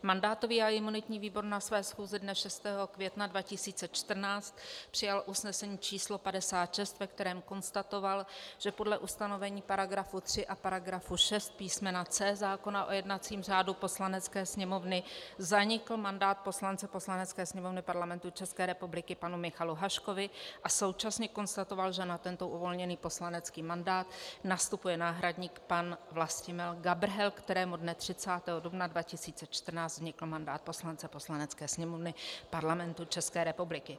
Mandátový a imunitní výbor na své schůzi dne 6. května 2014 přijal usnesení číslo 56, ve kterém konstatoval, že podle ustanovení § 3 a § 6 písmene c) zákona o jednacím řádu Poslanecké sněmovny zanikl mandát poslanci Poslanecké sněmovny Parlamentu České republiky panu Michalu Haškovi, a současně konstatoval, že na tento uvolněný poslanecký mandát nastupuje náhradník pan Vlastimil Gabrhel, kterému dne 30. dubna 2014 vznikl mandát poslance Poslanecké sněmovny Parlamentu České republiky.